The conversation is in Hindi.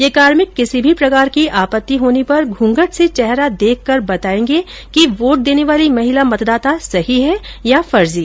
ये कार्मिक किसी भी प्रकार की आपत्ति होने पर घूंघट से चेहरा देखकर बतायेंगी कि वोट देने वाली महिला मतदाता सही है या फर्जी